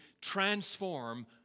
transform